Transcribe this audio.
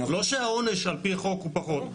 לא שהעונש על פי החוק הוא פחות.